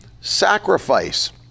sacrifice